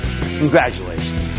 Congratulations